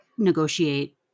negotiate